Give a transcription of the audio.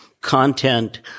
Content